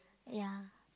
ya